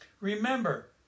Remember